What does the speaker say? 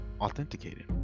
authenticated